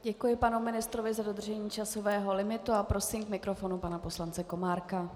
Děkuji panu ministrovi za dodržení časového limitu a prosím k mikrofonu pana poslance Komárka.